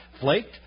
Flaked